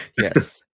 Yes